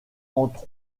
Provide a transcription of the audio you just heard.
entre